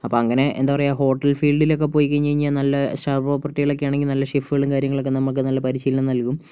അപ്പോൾ അങ്ങനെ എന്താ പറയുക ഹോട്ടൽ ഫീൽഡിൽ ഒക്കെ പോയി കഴിഞ്ഞുകഴിഞ്ഞാൽ നല്ല സ്റ്റാർ പ്രോപ്പർട്ടികളൊക്കെ ആണെങ്കിൽ നല്ല ഷെഫുകള് കാര്യങ്ങളൊക്കെ നമ്മൾക്ക് നല്ല പരിശീലനം നൽകും